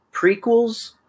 prequels